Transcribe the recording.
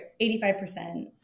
85%